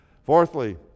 Fourthly